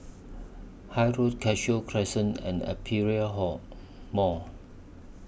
Road Cashew Crescent and Aperia Hall Mall